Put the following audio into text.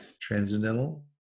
Transcendental